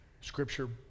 scripture